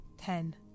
Ten